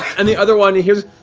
and the other one you hear